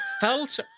felt